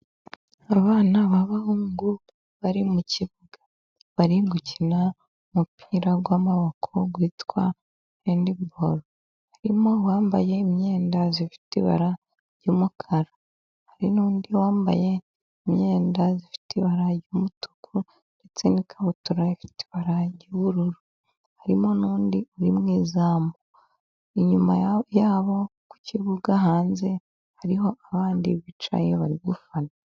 Abana b'abahungu bari mu kibuga bari gukina umupira w'amaboko witwa handiboro, harimo abambaye imyenda ifite ibara ry'umukara, hari n'undi wambaye imyenda ifite ibara ry'umutuku, ndetse n'ikabutura ifite ibara ry'ubururu, harimo n'undi uri mu izamu, inyuma yabo ku kibuga hanze hariho abandi bicaye bari gufana.